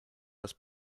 raz